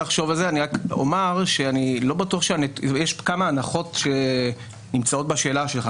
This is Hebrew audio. יש כמה הנחות שנמצאות בשאלה שלך.